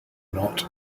not